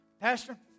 Pastor